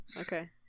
Okay